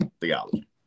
theology